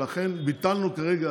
ולכן ביטלנו כרגע